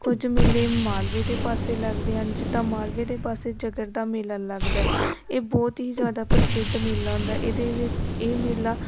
ਕੁਝ ਮੇਲੇ ਮਾਲਵੇ ਦੇ ਪਾਸੇ ਲੱਗਦੇ ਹਨ ਜਿੱਦਾਂ ਮਾਲਵੇ ਦੇ ਪਾਸੇ ਜਗਰ ਦਾ ਮੇਲਾ ਲੱਗਦਾ ਇਹ ਬਹੁਤ ਹੀ ਜ਼ਿਆਦਾ ਪ੍ਰਸਿੱਧ ਮੇਲਾ ਹੁੰਦਾ ਹੈ ਇਹ ਵਿੱਚ ਇਹ ਮੇਲਾ